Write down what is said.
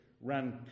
ran